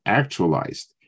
actualized